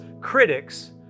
critics